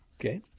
Okay